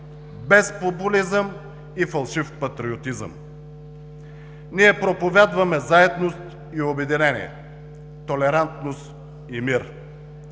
без популизъм и фалшив патриотизъм. Ние проповядваме заедност и обединение, толерантност и мир.